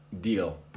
deal